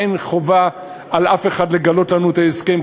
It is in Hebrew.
אין חובה על אף אחד לגלות לנו את ההסכם,